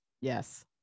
yes